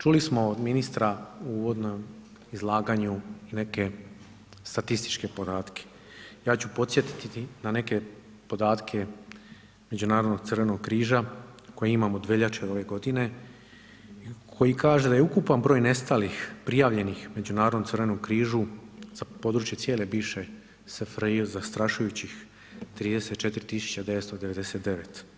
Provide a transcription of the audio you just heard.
Čuli smo od ministra u uvodnom izlaganju i neke statističke podatke, ja ću podsjetiti na neke podatke Međunarodnog crvenog križa koje imam od veljače ove godine, i koji kaže da je ukupan broj nestalih prijavljenih Međunarodnom crvenom križu za područje cijele bivše SFRJ zastrašujućih 34.999.